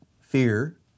fear